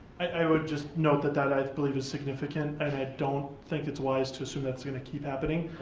i would just note that that i believe is significant and i don't think it's wise to assume that's gonna keep happening.